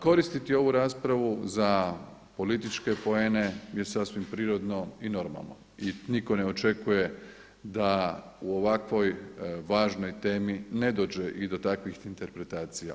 Koristiti ovu raspravu za političke poene je sasvim prirodno i normalno i nitko ne očekuje da u ovakvoj važnoj temi ne dođe i do takvih interpretacija.